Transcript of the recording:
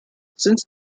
since